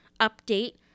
update